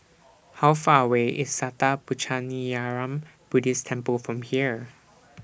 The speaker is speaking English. How Far away IS Sattha Puchaniyaram Buddhist Temple from here